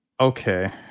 Okay